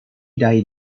died